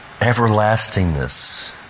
everlastingness